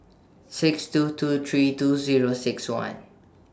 six two two three two Zero six one